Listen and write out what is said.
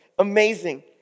amazing